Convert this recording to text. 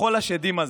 מחול השדים הזה,